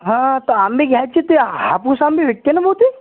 हां तर आंबे घ्यायचे ते हापूस आंबे विकते ना मोठे